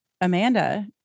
Amanda